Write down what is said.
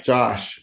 Josh